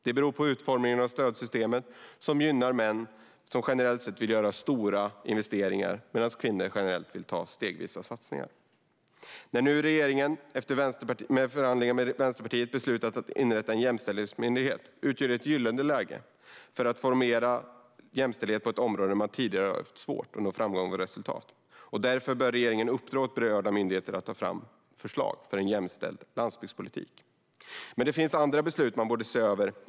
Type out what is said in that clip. Det beror på utformningen av stödsystemen som gynnar män, som generellt sett vill göra stora investeringar medan kvinnor generellt vill göra stegvisa satsningar. När nu regeringen efter förhandlingar med Vänsterpartiet beslutat att inrätta en jämställdhetsmyndighet utgör det ett gyllene läge att formera jämställdhet på områden där man tidigare har haft svårt att nå framgång och resultat. Därför bör regeringen uppdra åt berörda myndigheter att ta fram förslag för en jämställd landsbygdspolitik. Det finns även andra beslut som man borde se över.